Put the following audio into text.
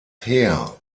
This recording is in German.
heer